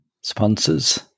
sponsors